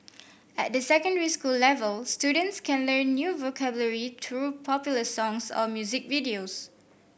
at the secondary school level students can learn new vocabulary through popular songs or music videos